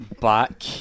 back